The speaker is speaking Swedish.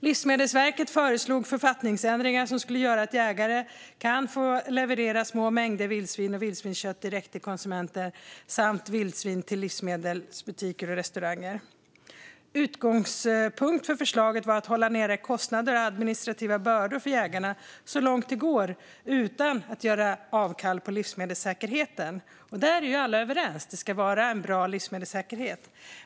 Livsmedelsverket föreslog författningsändringar som skulle göra att jägare kunde få leverera små mängder vildsvin och vildsvinskött direkt till konsumenter och till livsmedelsbutiker och restauranger. Utgångspunkt för förslaget var att hålla nere kostnader och administrativa bördor för jägarna så långt det går utan att göra avkall på livsmedelssäkerheten. Där är ju alla överens. Det ska vara en bra livsmedelssäkerhet.